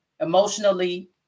emotionally